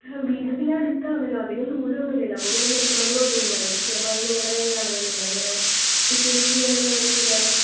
ഹാ വീട് പിന്നെ അടുത്താണല്ലോ അധികം ദൂരമൊന്നുമില്ലല്ലോ അപ്പോൾ പിന്നെ നിർത്തണോണ്ട് കുഴപ്പമൊന്നുമില്ലല്ലോ നിങ്ങളുടെ കുട്ടിയുടെ ഭാവി നിങ്ങളുടെ കയ്യിലാണല്ലോ നിങ്ങൾ ഇങ്ങനെ വിട്ടുവീഴ്ച ചെയ്യാണ്ടിരുന്നാൽ എങ്ങനെയാണ് ശരിയാവുക